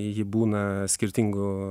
ji būna skirtingų